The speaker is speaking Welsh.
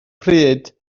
pryd